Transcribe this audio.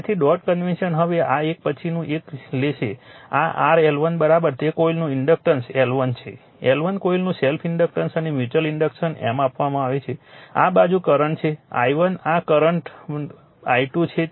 તેથી dot convention હવે આ એક હવે પછીનું એક લેશે આ r L1 તે કોઇલનું ઇન્ડક્ટન્સ L1 છે L1 કોઇલનું સેલ્ફ ઇન્ડક્ટન્સ અને મ્યુચ્યુઅલ ઇન્ડક્ટન્સ M આપવામાં આવે છે આ બાજુ કરંટ છે i1 આ બાજુ કરંટ i2 છે